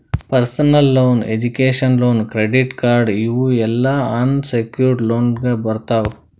personal loan, education loan, credit card ಇವ್ ಎಲ್ಲಾ unsecured ಲೋನ್ನಾಗ್ ಬರ್ತಾವ್